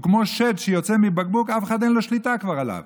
כמו שד שיוצא מבקבוק שלאף אחד כבר אין שליטה עליו.